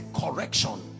correction